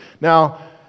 Now